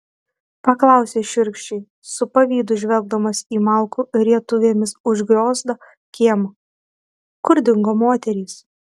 paklausė šiurkščiai su pavydu žvelgdamas į malkų rietuvėmis užgrioztą kiemą kur dingo moterys